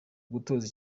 gutoza